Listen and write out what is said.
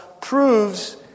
proves